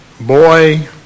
boy